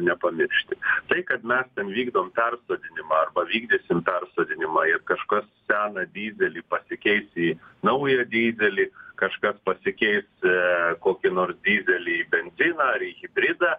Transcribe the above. nepamiršti tai kad mes ten vykdom persodinimą arba vykdysim persodinimą ir kažkas seną dyzelį pasikeis į naują dyzelį kažkas pasikeis kokį nors dyzelį į benziną ar į hibridą